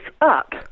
up